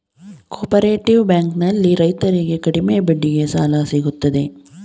cooperative bank ನಲ್ಲಿ ರೈತರಿಗೆ ಕಡಿಮೆ ಬಡ್ಡಿಗೆ ಸಾಲ ಸಿಗುತ್ತದೆ